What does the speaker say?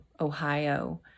Ohio